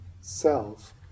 self